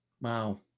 Wow